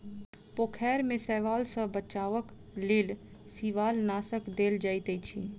पोखैर में शैवाल सॅ बचावक लेल शिवालनाशक देल जाइत अछि